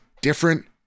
different